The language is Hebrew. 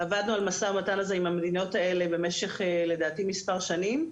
עבדנו על משא ומתן הזה עם המדינות האלה במשך לדעתי מספר שנים,